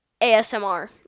ASMR